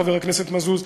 חבר הכנסת מזוז,